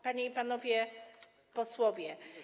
Panie i Panowie Posłowie!